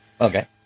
Okay